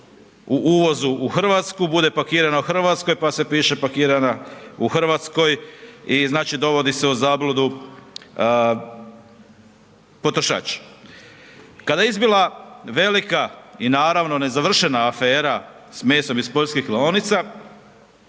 uvozu u Hrvatsku bude pakirana u Hrvatskoj pa se piše pakirana u Hrvatskoj i znači dovodi se u zabludu potrošač. Kada je izbila velika i naravno nezavršena afera s mesom iz poljskih klaonica,